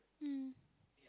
mm